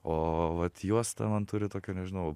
o vat juosta man turi tokio nežinau